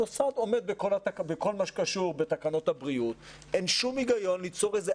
המוסד עומד בכל מה שקשור בתקנות הבריאות - אין שום היגיון ליצור איזו